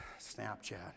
Snapchat